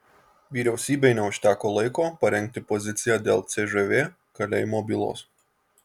vyriausybei neužteko laiko parengti poziciją dėl cžv kalėjimo bylos